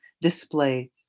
display